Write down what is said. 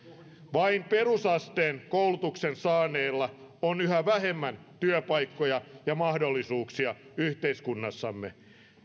vain perusasteen koulutuksen saaneilla on yhä vähemmän työpaikkoja ja mahdollisuuksia yhteiskunnassamme